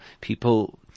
people